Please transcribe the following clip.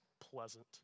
pleasant